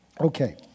Okay